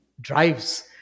drives